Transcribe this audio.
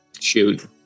shoot